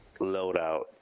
loadout